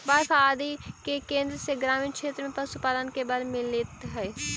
बाएफ आदि के केन्द्र से ग्रामीण क्षेत्र में पशुपालन के बल मिलित हइ